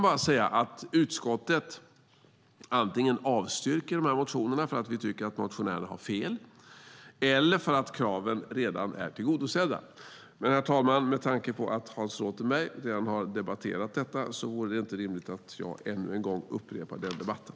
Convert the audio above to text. Utskottet avstyrker antingen dessa motioner för att vi tycker att motionärerna har fel eller för att kraven redan är tillgodosedda. Herr talman! Med tanke på att Hans Rothenberg redan har debatterat detta vore det inte rimligt att jag ännu en gång upprepar den debatten.